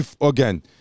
again